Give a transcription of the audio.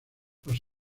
los